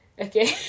okay